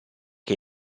che